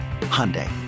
Hyundai